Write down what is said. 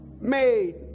made